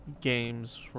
games